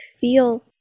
feel